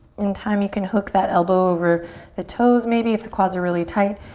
in time you can hook that elbow over the toes maybe if the quads are really tight.